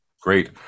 great